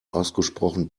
ausgesprochen